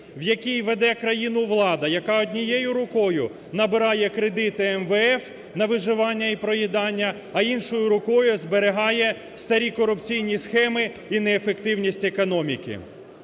в який веде країну влада, яка однією рукою набирає кредити МВФ на виживання і проїдання, а іншою рукою зберігає старі корупційні схеми і неефективність економіки.